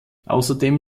außerdem